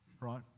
right